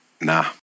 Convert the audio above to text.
nah